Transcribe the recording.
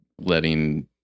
letting